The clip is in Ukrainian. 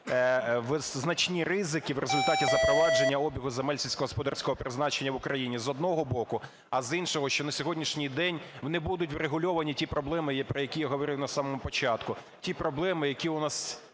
значні ризики в результаті запровадження обігу земель сільськогосподарського призначення в Україні, з одного боку, а з іншого, що на сьогоднішній день вони будуть врегульовані ті проблеми, про які я говорив на самому початку, ті проблеми, які у нас